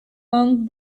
long